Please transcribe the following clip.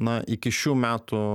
na iki šių metų